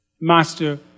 master